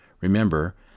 Remember